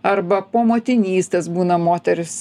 arba po motinystės būna moterys